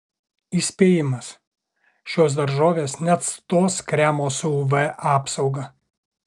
įspėjimas šios daržovės neatstos kremo su uv apsauga